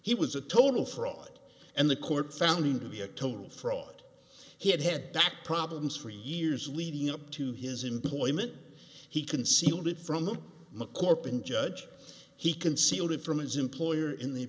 he was a total fraud and the court found him to be a total fraud he had had back problems for years leading up to his employment he concealed it from the macor ping judge he concealed it from his employer in the